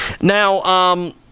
Now